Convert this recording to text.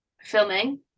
filming